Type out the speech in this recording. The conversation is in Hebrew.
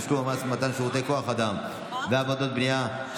תשלום המס במתן שירותי כוח אדם ועבודות בנייה),